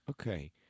Okay